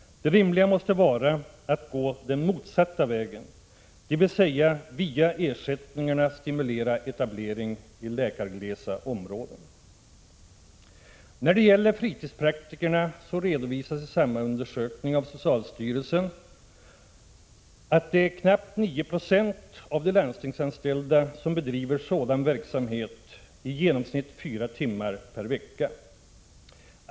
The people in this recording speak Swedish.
Det rimliga måste vara att gå den motsatta vägen, dvs. att via ersättningarna stimulera etablering i läkarglesa områden. När det gäller fritidspraktikerna redovisas i samma undersökning av socialstyrelsen att det är knappt 9 96 av de landstingsanställda läkarna som bedriver sådan verksamhet, i genomsnitt fyra timmar per vecka.